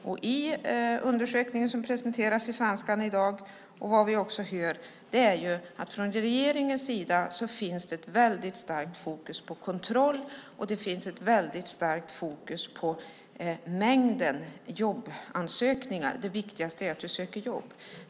Av undersökningen som presenteras i Svenska Dagbladet i dag - och som vi också hör - framgår att det från regeringens sida finns ett starkt fokus på kontroll och på mängden jobbansökningar, att det viktigaste är att söka jobb.